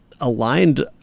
aligned